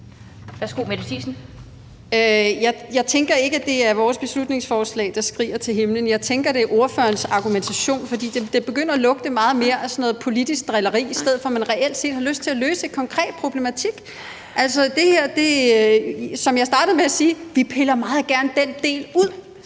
Jeg tænker ikke, at det er vores beslutningsforslag, der skriger til himlen. Jeg tænker, det er ordførerens argumentation, for det begynder at lugte meget mere af sådan noget politisk drilleri, i stedet for at man reelt set har lyst til at løse en konkret problematik. Som jeg startede med at sige, piller vi meget gerne den del ud.